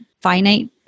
finite